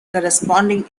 corresponding